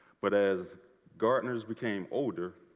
but as gardeners became older